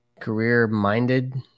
career-minded